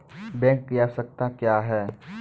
Bank की आवश्यकता क्या हैं?